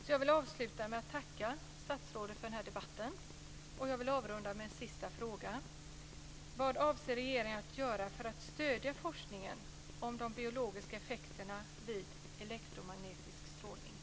Jag vill avsluta med att tacka statsrådet för debatten. Jag vill avrunda med en sista fråga. Vad avser regeringen att göra för att stödja forskningen om de biologiska effekterna vid elektromagnetisk strålning?